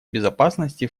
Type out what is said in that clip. безопасности